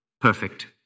Perfect